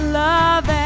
love